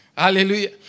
Hallelujah